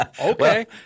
Okay